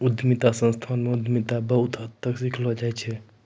उद्यमिता संस्थान म उद्यमिता बहुत हद तक सिखैलो जाय छै